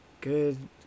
good